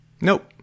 Nope